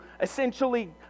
essentially